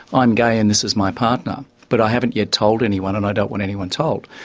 i'm gay and this is my partner, but i haven't yet told anyone and i don't want anyone told.